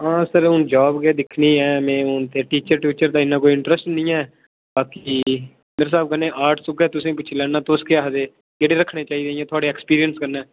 हां सर हून जाब गै दिक्खनी ऐ मैं हून ते टीचर टूचर दा इन्ना कोई इंटरस्ट नेईं ऐ बाकी मेरे स्हाब कन्नै आर्ट्स उग्गै तुसें पुच्छी लैना तुस केह् आखदे केह्ड़े रक्खने चाहिदे जां थुआड़े ऐक्सपीरियंस कन्नै